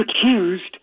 accused